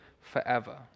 forever